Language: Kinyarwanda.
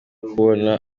kubona